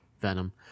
Venom